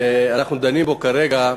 שאנחנו דנים בו כרגע,